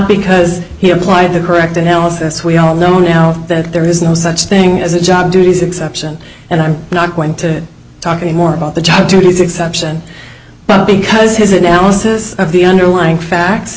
because he applied the correct analysis we all know now that there is no such thing as a job duties exception and i'm not going to talk any more about the job duties exception because his analysis of the underlying facts